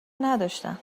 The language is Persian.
نداشتم